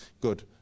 good